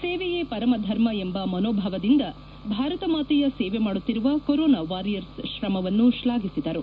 ಸೇವೆಯೇ ಪರಮ ಧರ್ಮ ಎಂಬ ಮನೋಭಾವದಿಂದ ಭಾರತ ಮಾತೆಯ ಸೇವೆ ಮಾಡುತ್ತಿರುವ ಕೊರೊನಾ ವಾರಿಯರ್ಸ್ ಶ್ರಮವನ್ನು ಶ್ಲಾಘಿಸಿದರು